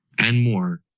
and more.